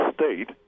State